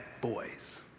boys